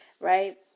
Right